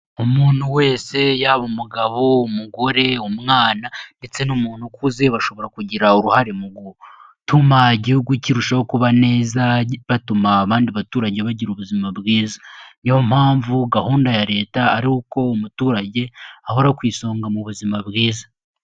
Umuntu wese yaba umugabo, umugore, umwana, ndetse n'umuntu ukuze, bashobora kugira uruhare mu gutuma igihugu kirushaho kuba neza, batuma abandi baturage bagira ubuzima bwiza, niyo mpamvu gahunda ya leta ari uko umuturage ahora ku isonga mu buzima bwiza.